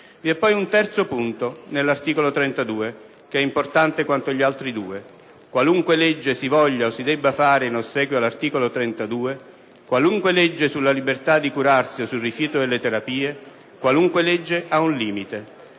Vi è poi un terzo punto, nell'articolo 32, che è importante quanto gli altri due: qualunque legge si voglia o si debba fare in ossequio all'articolo 32, qualunque legge sulla libertà di curarsi o sul rifiuto delle terapie, qualunque legge ha un limite.